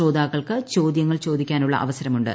ശ്രോതാക്കൾക്ക് ചോദ്യങ്ങൾ ചോദിക്കാനുളള അവസരമുണ്ട്